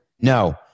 no